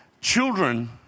Children